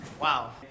Wow